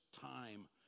time